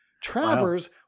Travers